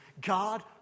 God